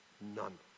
None